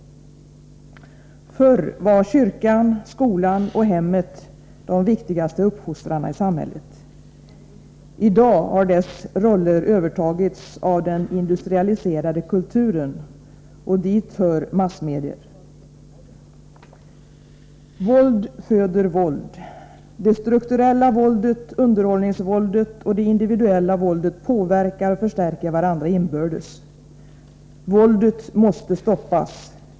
Förr var kyrkan, skolan och hemmet de viktigaste uppfostrarna i samhället. I dag har deras roller övertagits av den industrialiserade kulturen, och dit hör massmedier. Våld föder våld. Det strukturella våldet, underhållningsvåldet och det individuella våldet påverkar och förstärker varandra inbördes. Våldet måste stoppas.